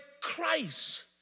Christ